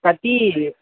कति